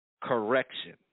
correction